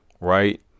right